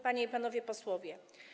Panie i Panowie Posłowie!